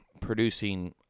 producing